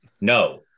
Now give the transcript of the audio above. no